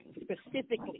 specifically